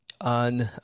on